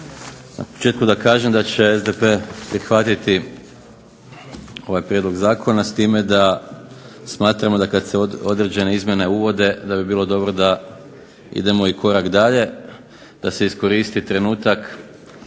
Na početku da kažem da će SDP prihvatiti ovaj prijedlog zakona s time da smatramo da kad se određene izmjene uvode da bi bilo dobro da idemo i korak dalje, da se iskoristi trenutak